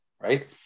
right